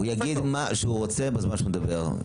הוא יגיד מה שהוא רוצה בזמן שהוא מדבר.